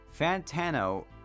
fantano